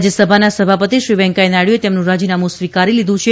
રાજયસભાના સભાપતિશ્રી વેકૈંચાહ નાથડુએ તેમનું રાજીનામું સ્વીકારી લીધું છે